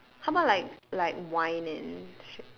how bout like like wine and shit